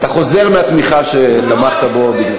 אתה חוזר מהתמיכה שתמכת בו.